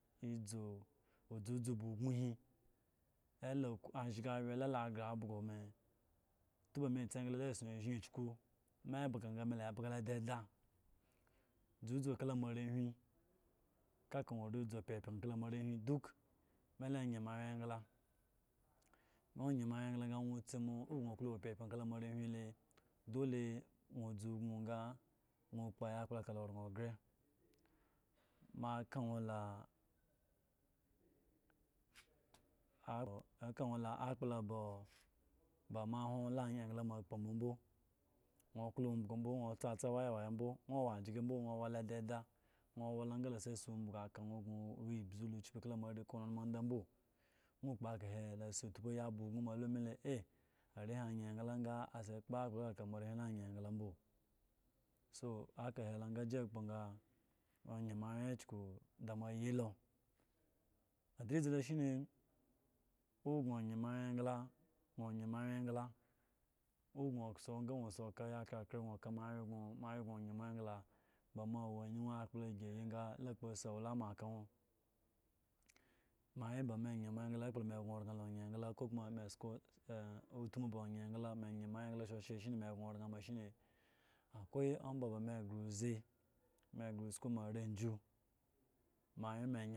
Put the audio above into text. Odzudzu ba ugno he pla ela ko ashkawye la la gre abgo me to ba me etsi egla la ezu oshen ekyuku me edga lo me la ebga lo deda dzdzu kala moarehwi kaka gno are dzu pyepye kala moareduk mo la ene moawye egla na onye moawye eglo ene na tsi owo gno oklo owo pye pye kala moare le dole sno dzusno sa sno kpo ayakplo kala oran gre mo aka nwo la akplo ba mo awno la ayin egla akpo mbobo nwo wa jije bo nwo owo lo deda awa lo ga balo asa umbiyu onum oda mbo nwo kpo kahe la sa tpuyi aba ugno mo alo me le a are he ayin egla sa asa kpo kuplo kaka are la ayin egla bo eka he nga ayi ayin moawye kyuku da mo ayi lo adlizi loshine owo gan oyin moawye egla nwo oyin moawye egla owo gno gno moawye egla nwo oyin moawye egla owo gno moawye gla nwo oyin moawye egla owo gno dzu gno ka ayi krekre moawye moawye gno oyin mo egla moa awo yun kpla egayi gno oyin mo egla moa awo yun kpla ejayi sno la kpo lo sa owalama alla nwo moa wye ba me ayin moa egla ekplp ba me egno aran eyin kokoma me esko utmu oyin shoshe shine me egno oran shine akwai omba ba me egre odze me gre uske moari akyu